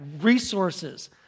resources